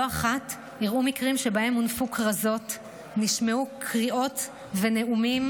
לא אחת אירעו מקרים שבהם הונפו כרזות ונשמעו קריאות ונאומים